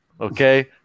Okay